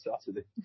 Saturday